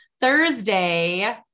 Thursday